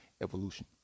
evolution